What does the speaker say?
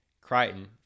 Crichton